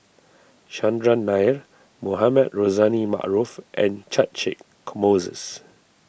Chandran Nair Mohamed Rozani Maarof and Catchick Moses